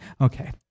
Okay